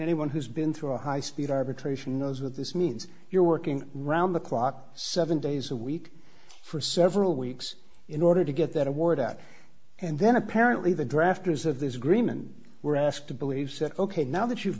anyone who's been through a high speed arbitration knows what this means you're working round the clock seven days a week for several weeks in order to get that award out and then apparently the drafters of this agreement we're asked to believe said ok now that you've